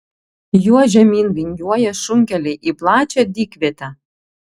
juo žemyn vingiuoja šunkeliai į plačią dykvietę